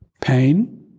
pain